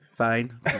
fine